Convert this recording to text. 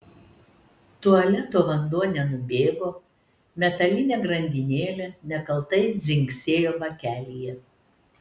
tualeto vanduo nenubėgo metalinė grandinėlė nekaltai dzingsėjo bakelyje